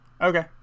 Okay